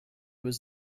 was